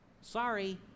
sorry